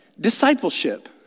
Discipleship